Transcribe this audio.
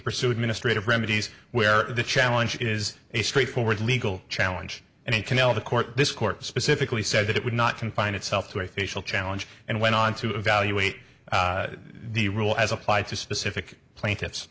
pursue administrative remedies where the challenge is a straightforward legal challenge and it can tell the court this court specifically said that it would not confine itself to a facial challenge and went on to evaluate the rule as applied to specific plaintiffs